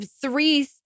three